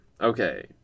Okay